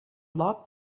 locked